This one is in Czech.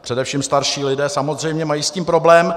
Především starší lidé samozřejmě mají s tím problém.